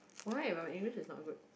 why but my English is not good